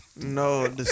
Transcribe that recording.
No